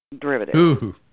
derivative